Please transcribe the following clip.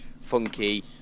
funky